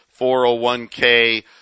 401K